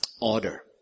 Order